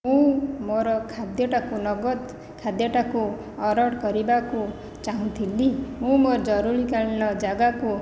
ମୁଁ ମୋର ଖାଦ୍ୟଟାକୁ ନଗଦ ଖାଦ୍ୟଟାକୁ ଅର୍ଡ଼ର କରିବାକୁ ଚାହୁଁଥିଲି ମୁଁ ମୋ ଜରୁରୀକାଳୀନ ଯାଗାକୁ